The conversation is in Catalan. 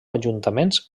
ajuntaments